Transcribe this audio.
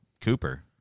Cooper